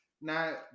Now